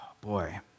boy